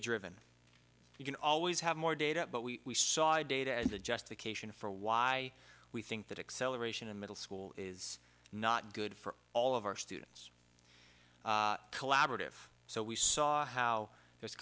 driven you can always have more data but we saw the data and the justification for why we think that acceleration in middle school is not good for all of our students collaborative so we saw how th